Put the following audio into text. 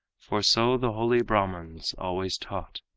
for so the holy brahmans always taught.